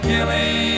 Gilly